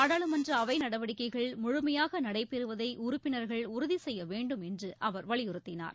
நாடாளுமன்ற அவை நடவடிக்கைகள் முழுமையாக நடைபெறுவதை உறுப்பினர்கள் உறுதி செய்ய வேண்டும் என்று அவர் வலியுறுத்தினார்